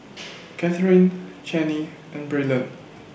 Katherine Channie and Braylen